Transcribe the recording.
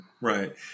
Right